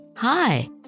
Hi